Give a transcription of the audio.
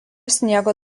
sniego